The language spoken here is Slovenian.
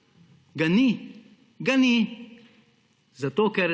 – ga ni. Zato ker